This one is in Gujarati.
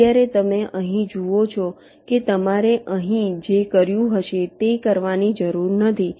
અત્યારે તમે અહીં જુઓ છો કે તમારે અહીં જે કર્યું હશે તે કરવાની જરૂર નથી